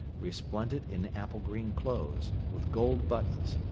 resplendent in apple-green clothes, with gold buttons,